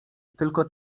tylko